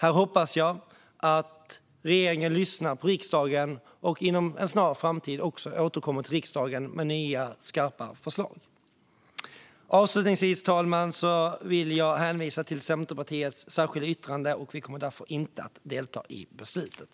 Här hoppas jag att regeringen lyssnar på riksdagen och inom en snar framtid också återkommer till riksdagen med sådana förslag. Avslutningsvis, fru talman, vill jag hänvisa till Centerpartiets särskilda yttrande. Vi kommer därför inte att delta i beslutet.